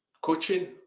coaching